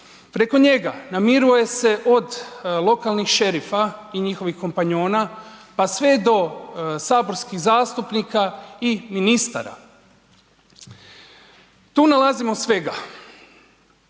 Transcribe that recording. Preko njega namiruje se od lokalnih šerifa i njihovih kompanjona pa sve do saborskih zastupnika i ministara. Tu nalazimo svega